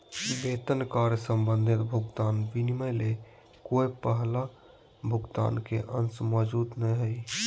वेतन कार्य संबंधी भुगतान विनिमय ले कोय पहला भुगतान के अंश मौजूद नय हइ